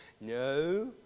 No